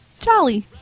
Jolly